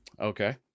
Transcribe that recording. Okay